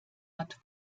hat